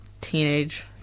teenage